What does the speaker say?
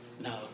No